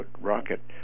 rocket